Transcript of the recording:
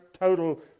total